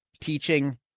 teaching